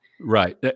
Right